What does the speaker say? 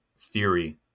theory